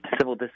civil